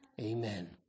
Amen